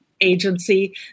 agency